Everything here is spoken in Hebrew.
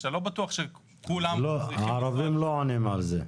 שאתה לא בטוח שכולם צריכים --- הערבים לא עונים על זה.